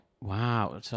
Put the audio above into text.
Wow